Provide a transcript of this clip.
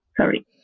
sorry